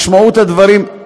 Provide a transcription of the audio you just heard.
משמעות הדברים, דוד,